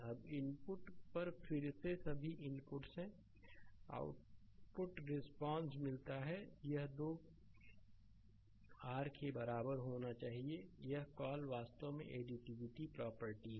अब इनपुट पर फिर से सभी इनपुट्स हैं आउटपुट रिस्पांस मिलता है यह 2 आर के बराबर होना चाहिए यह कॉल वास्तव में एडिटिविटी प्रॉपर्टी है